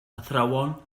athrawon